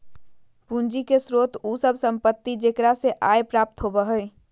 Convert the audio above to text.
पूंजी के स्रोत उ सब संपत्ति जेकरा से आय प्राप्त होबो हइ